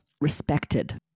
respected